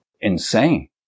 insane